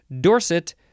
dorset